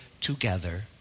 together